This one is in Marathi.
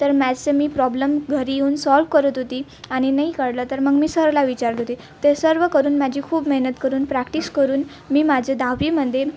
तर मॅस्सचं मी प्रॉब्लम घरी येऊन सॉल्व करत होती आणि नाही कळलं तर मग मी सरला विचारत होती ते सर्व करून माझी खूप मेहनत करून प्रॅक्टिस करून मी माझं दहावीमध्ये